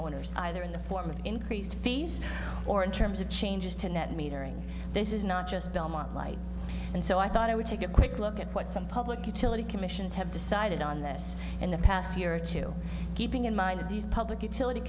owners either in the form of increased fees or in terms of changes to net metering this is not just belmont light and so i thought i would take a quick look at what some public utility commissions have decided on this in the past year or two keeping in mind that these public utility